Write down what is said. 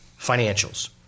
financials